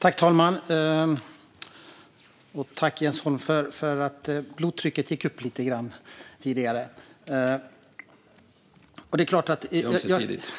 Fru talman! Tack, Jens Holm, för att blodtrycket gick upp lite grann tidigare! : Det är ömsesidigt!)